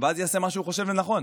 ואז יעשה מה שהוא חושב לנכון.